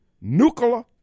nuclear